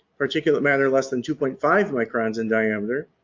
particulate matter less than two point five microns in diameter,